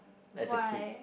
as a kid